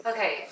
Okay